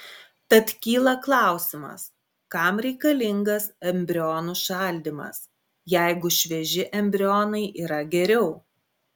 tad kyla klausimas kam reikalingas embrionų šaldymas jeigu švieži embrionai yra geriau